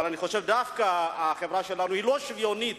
אבל אני חושב שהחברה שלנו היא לא שוויונית